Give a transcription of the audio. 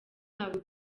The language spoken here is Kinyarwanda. ntabwo